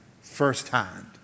firsthand